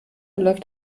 läuft